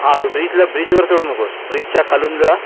हां तो ब्रीजला ब्रिजवर चढू नकोस ब्रीजच्या खालून जा